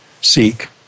seek